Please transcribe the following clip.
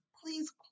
please